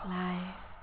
life